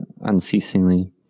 unceasingly